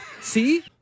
See